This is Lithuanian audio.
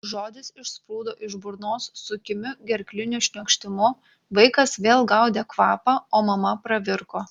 žodis išsprūdo iš burnos su kimiu gerkliniu šniokštimu vaikas vėl gaudė kvapą o mama pravirko